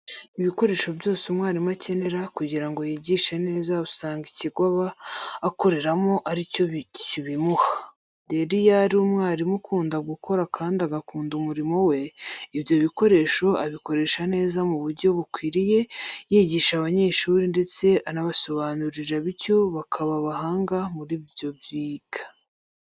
Ibikoresho byose umwarimu akenera kugira ngo yigishe neza usanga ikigo aba akoreramo ari cyo kibimuha. Rero iyo ari umwarimu ukunda gukora kandi agakunda umurimo we, ibyo bikoresho abikoresha neza mu buryo bukwiriye yigisha abanyeshuri ndetse anabasobanurira bityo bakaba abahanga mu byo biga.